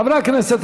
חברי הכנסת,